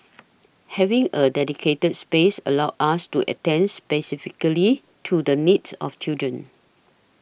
having a dedicated space allows us to attends specifically to the needs of children